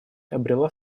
обрела